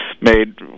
made